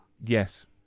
Yes